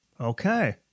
okay